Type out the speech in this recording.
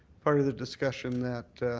part of the discussion that.